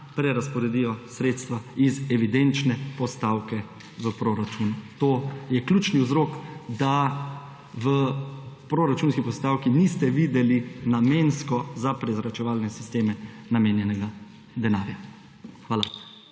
prerazporedijo sredstva iz evidenčne postavke v proračunu. To je ključni vzrok, da v proračunski postavki niste videli namensko za prezračevalne sisteme namenjenega denarja. Hvala.